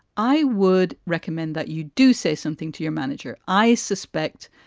i would recommend that you do say something to your manager, i suspect.